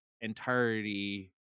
entirety